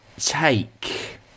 take